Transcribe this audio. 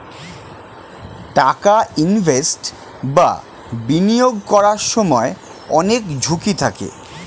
টাকা ইনভেস্ট বা বিনিয়োগ করার সময় অনেক ঝুঁকি থাকে